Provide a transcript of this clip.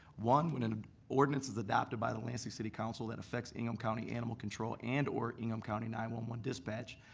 one, when an ordinance is adopted by the lansing city council that effects ingham county animal control and or ingham county nine one one dispatch,